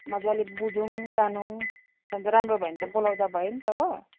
मजाले बुझौँ जानौँ अन्त राम्रो भयो भने त बोलाउँदा भयो नि त हो